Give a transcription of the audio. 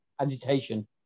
Agitation